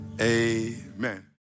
amen